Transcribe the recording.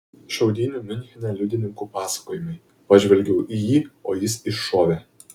šaudynių miunchene liudininkų pasakojimai pažvelgiau į jį o jis iššovė